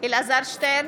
אלעזר שטרן,